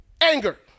anger